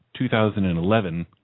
2011